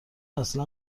اصلا